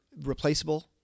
replaceable